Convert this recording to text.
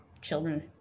children